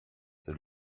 c’est